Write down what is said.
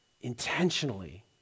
intentionally